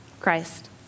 Christ